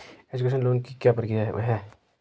Education loan की क्या प्रक्रिया है?